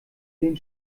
den